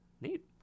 Neat